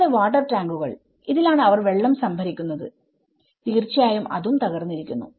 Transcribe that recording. കൂടാതെ വാട്ടർ ടാങ്കുകൾ ഇതിലാണ് അവർ വെള്ളം സംഭരിക്കുന്നത് തീർച്ചയായും അതും തകർന്നിരുന്നു